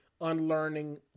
unlearning